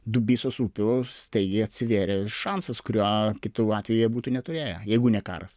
dubysos upių staigiai atsivėrė šansas kurio kitu atveju jie būtų neturėję jeigu ne karas